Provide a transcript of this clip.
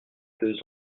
deux